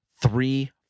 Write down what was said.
three